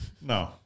no